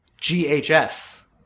GHS